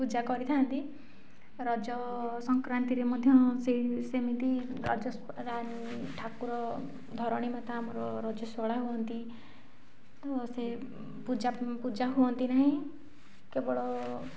ପୂଜା କରିଥାନ୍ତି ରଜ ସଂକ୍ରାନ୍ତିରେ ମଧ୍ୟ ସେହି ସେମିତି ରଜ ଠାକୁର ଧରଣୀମାତା ଆମର ରଜସ୍ୱଳା ହୁଅନ୍ତି ତ ସେ ପୂଜା ପୂଜା ହୁଅନ୍ତି ନାହିଁ କେବଳ